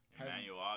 Emmanuel